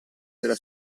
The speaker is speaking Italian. della